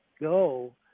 go